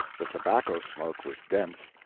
the tobacco-smoke was dense,